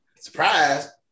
Surprise